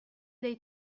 dei